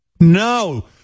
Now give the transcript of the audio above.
No